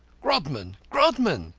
grodman! grodman!